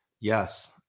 Yes